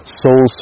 soul